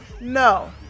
No